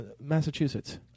Massachusetts